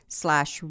slash